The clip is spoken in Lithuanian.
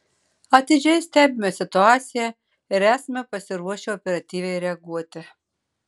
atidžiai stebime situaciją ir esame pasiruošę operatyviai reaguoti